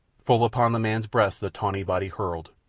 full upon the man's breast the tawny body hurtled,